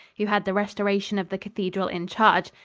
who had the restoration of the cathedral in charge.